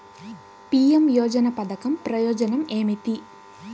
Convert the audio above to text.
PM యోజన పధకం ప్రయోజనం ఏమితి?